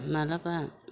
माब्लाबा